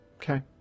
Okay